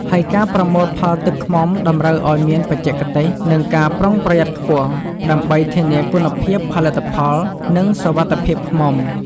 ហើយការប្រមូលផលទឹកឃ្មុំតម្រូវឲ្យមានបច្ចេកទេស និងការប្រុងប្រយ័ត្នខ្ពស់ ដើម្បីធានាគុណភាពផលិតផល និងសុវត្ថិភាពឃ្មុំ។